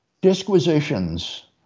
disquisitions